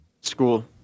School